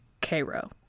Cairo